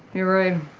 you're right.